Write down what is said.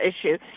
issue